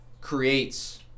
creates